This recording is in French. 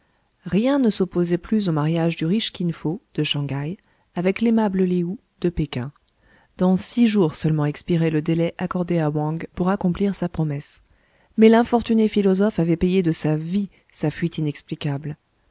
rien ne s'opposait plus au mariage du riche kin fo de shang haï avec l'aimable lé ou de péking dans six jours seulement expirait le délai accordé à wang pour accomplir sa promesse mais l'infortuné philosophe avait payé de sa vie sa fuite inexplicable